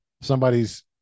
somebody's